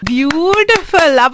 Beautiful